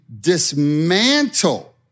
dismantle